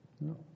No